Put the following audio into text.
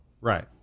Right